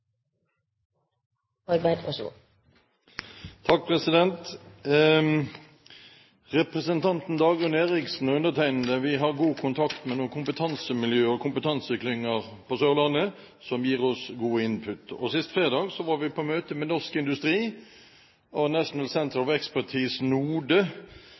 Representanten Dagrun Eriksen og jeg har god kontakt med noen kompetansemiljøer og kompetanseklynger på Sørlandet som gir oss god input. Sist fredag var vi på møte med norsk industri, Norwegian Centers of Expertise NODE, som har 51 virksomheter med særdeles sterk og